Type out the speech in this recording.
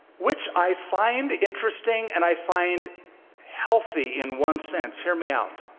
which i find interesting, and i find healthy in one sense. hear me out.